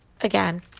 again